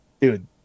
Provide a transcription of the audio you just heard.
dude